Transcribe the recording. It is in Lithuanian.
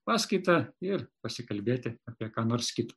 paskaitą ir pasikalbėti apie ką nors kito